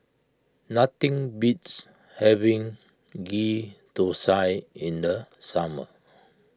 nothing beats having Ghee Thosai in the summer